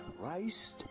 Christ